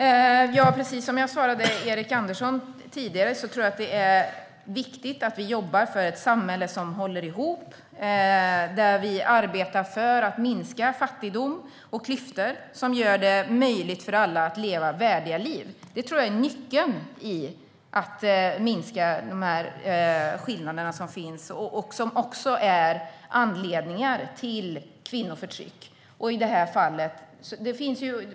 Herr talman! Precis som jag svarade Erik Andersson tidigare är det viktigt att vi jobbar för ett samhälle som håller ihop, att vi arbetar för att minska fattigdom och klyftor, som gör det möjligt för alla att leva värdiga liv. Det är nyckeln till att minska skillnaderna, som också är anledningen till kvinnoförtrycket.